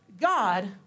God